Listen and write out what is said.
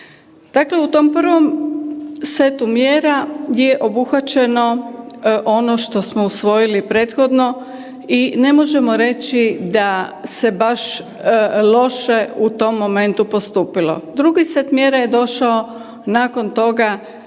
Dakle, u tom prvom setu mjera je obuhvaćeno ono što smo usvojili prethodno i ne možemo reći da se baš loše u tom momentu postupilo. Drugi set mjera je došao nakon toga